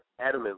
adamantly